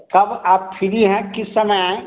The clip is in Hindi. कब आप फ्री है किस समय आएँ